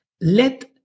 let